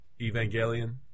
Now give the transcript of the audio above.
Evangelion